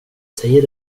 säger